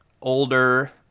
older